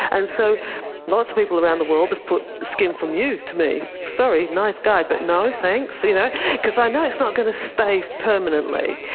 and so lots of people around the world have put skin from you to me. sorry, nice guy, but no thanks. you know because i know it's not going to stay permanently.